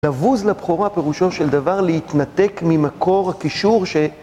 לבוז לבכורה פירושו של דבר להתנתק ממקור הקישור ש...